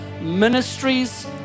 Ministries